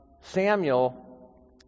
Samuel